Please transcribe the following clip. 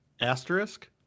Asterisk